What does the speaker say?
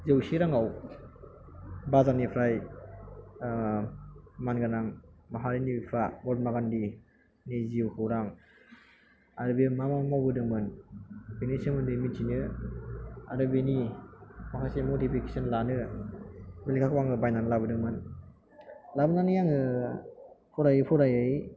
जौसे रांआव बाजारनिफ्राय मानगोनां माहारिनि बिफा महात्मा गान्धीनि जिउखौरां आरो बे मा मा मावबोदोंमोन बेनि सोमोन्दै मिन्थिनो आरो बिनि माखासे मटिभेस'न लानो बे लेखाखौ आङो बायनानै लाबोदोंमोन लाबोनानै आङो फरायै फरायै